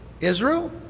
Israel